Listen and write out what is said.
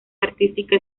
artística